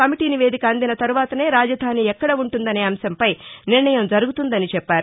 committee నివేదిక అందిన తరువాతనే రాజధాని ఎక్కడ ఉంటుందనే అంశంపై నిర్ణయం జరుగుతుందని చెప్పారు